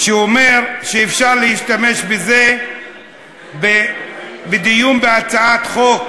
שאומר שאפשר להשתמש בזה בדיון בהצעת חוק